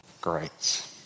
Great